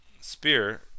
spear